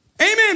Amen